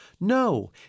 No